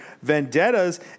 vendettas